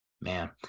Man